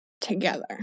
together